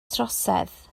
trosedd